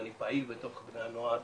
אני פעיל בקרב בני הנוער,